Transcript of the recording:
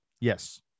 Yes